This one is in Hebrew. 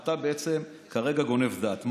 אתה בעצם כרגע גונב דעת.